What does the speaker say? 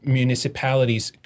municipalities